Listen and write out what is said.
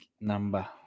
number